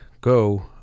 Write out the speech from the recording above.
go